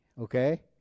Okay